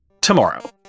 tomorrow